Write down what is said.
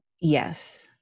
Yes